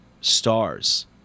stars